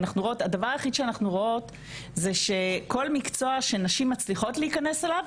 הדבר היחיד שאנחנו רואות זה שכל מקצוע שנשים מצליחות להיכנס אליו,